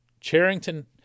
Charrington